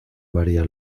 maría